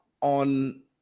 on